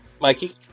Mikey